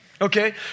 okay